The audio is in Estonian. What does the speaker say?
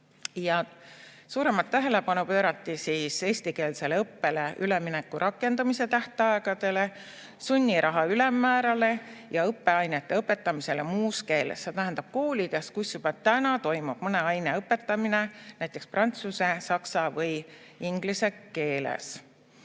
Suuremat tähelepanu pöörati eestikeelsele õppele ülemineku rakendamise tähtaegadele, sunniraha ülemmäärale ja õppeainete õpetamisele muus keeles, see tähendab koolides, kus juba täna toimub mõne aine õpetamine näiteks prantsuse, saksa või inglise keeles.